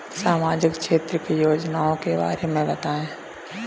सामाजिक क्षेत्र की योजनाओं के बारे में बताएँ?